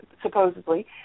supposedly